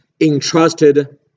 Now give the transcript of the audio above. entrusted